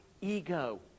ego